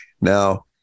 Now